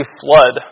flood